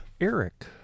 Eric